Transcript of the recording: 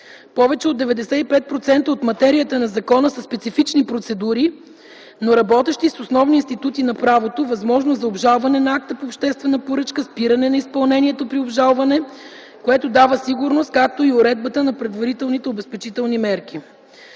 Повече от 95 % от материята на закона са специфични процедури, но работещи с основни институти на правото – възможност за обжалване на акта по обществена поръчка, спиране на изпълнението при обжалване, което дава сигурност, както и уредбата на предварителните обезпечителни мерки.